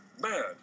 bad